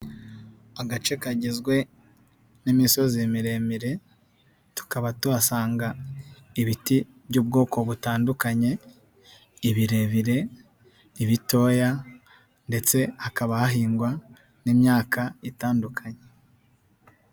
Agace kagizwe n'imisozi miremire, tukaba tuhasanga ibiti by'ubwoko butandukanye, ibirebire, ibitoya, ndetse hakaba hahingwa n'imyaka itandukanye.